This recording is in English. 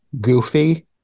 goofy